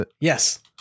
Yes